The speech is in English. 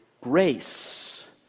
Grace